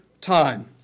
time